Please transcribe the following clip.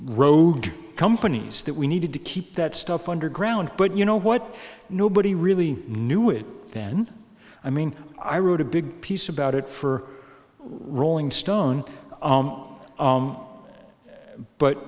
road companies that we needed to keep that stuff underground but you know what nobody really knew it then i mean i wrote a big piece about it for rolling stone